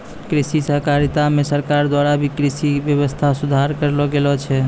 कृषि सहकारिता मे सरकार द्वारा भी कृषि वेवस्था सुधार करलो गेलो छै